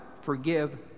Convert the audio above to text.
forgive